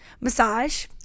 Massage